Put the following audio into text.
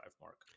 mark